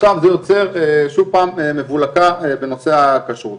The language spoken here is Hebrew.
זה יוצר, שוב פעם, מבולקה בנושא הכשרות.